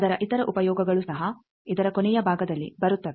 ಆದರ ಇತರ ಉಪಯೋಗಗಳು ಸಹ ಇದರ ಕೊನೆಯ ಭಾಗದಲ್ಲಿ ಬರುತ್ತವೆ